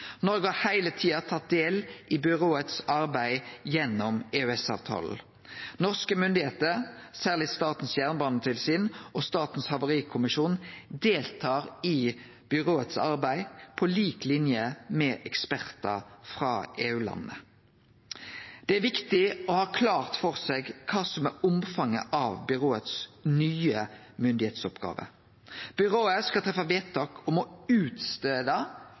Noreg har heile tida tatt del i byrået sitt arbeid gjennom EØS-avtalen. Norske myndigheiter, særleg Statens jernbanetilsyn og Statens havarikommisjon, deltar i byrået sitt arbeid på lik linje med ekspertar frå EU-landa. Det er viktig å ha klart for seg kva som er omfanget av byrået si nye myndigheitsoppgåve. Byrået skal treffe vedtak om å